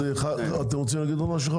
חברי הכנסת, אתם רוצים להגיד עוד משהו?